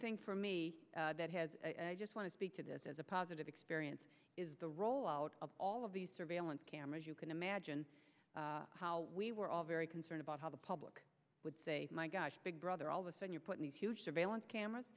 thing for me that has just want to speak to this as a positive experience is the roll out of all of these surveillance cameras you can imagine how we were all very concerned about how the public would say my gosh big brother all of a sudden you're putting these huge surveillance cameras